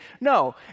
No